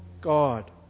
God